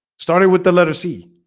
starting with the letter c